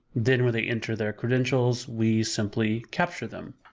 then when they enter they're credentials we simply capture them.